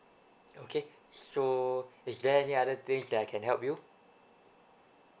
okay so is there any other things that I can help you